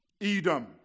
Edom